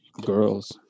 girls